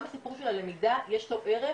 גם לסיפור של הלמידה יש ערך